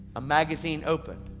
a magazine opened.